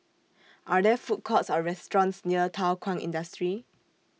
Are There Food Courts Or restaurants near Thow Kwang Industry